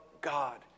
God